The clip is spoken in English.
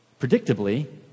Predictably